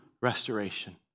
restoration